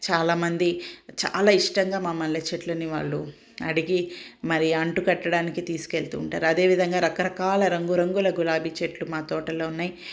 చాలామంది చాలా ఇష్టంగా మా మల్లె చెట్లని వాళ్ళు అడిగి మరి అంటు కట్టడానికి తీసుకెళ్తూ ఉంటారు అదేవిధంగా రకరకాల రంగురంగుల గులాబీ చెట్లు మా తోటలో ఉన్నాయి